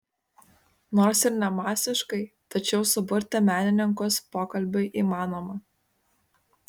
nors ir ne masiškai tačiau suburti menininkus pokalbiui įmanoma